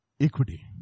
Equity